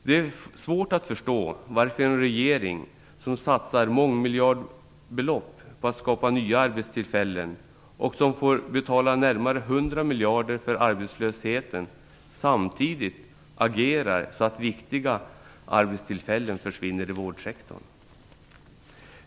Det är svårt att förstå varför en regering som satsar mångmiljardbelopp på att skapa nya arbetstillfällen och som får betala närmare 100 miljarder för arbetslösheten samtidigt agerar så att viktiga arbetstillfällen försvinner i vårdsektorn.